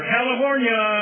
California